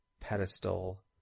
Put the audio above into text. pedestal